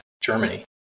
Germany